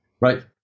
right